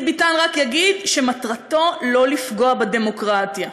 ביטן רק יגיד שמטרתו לא לפגוע בדמוקרטיה.